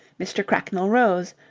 mr. cracknell rose,